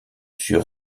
sur